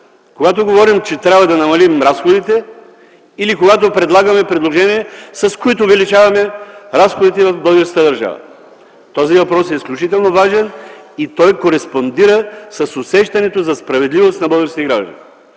Когато говорим, че трябва да намалим разходите или когато предлагаме предложение, с което увеличаваме разходите в българската държава? Този въпрос е изключително важен и той кореспондира с усещането за справедливост на българските граждани.